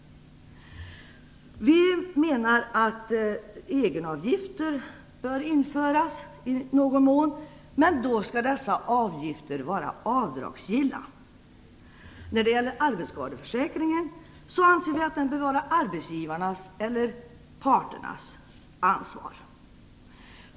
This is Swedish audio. Vi menar att egenavgifter bör införas, men då skall dessa avgifter vara avdragsgilla. Vi anser vidare att arbetsskadeförsäkringen bör vara parternas ansvar.